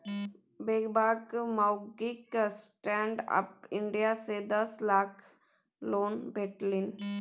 बेंगबाक माउगीक stand up India सँ दस लाखक लोन भेटलनि